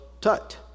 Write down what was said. Tut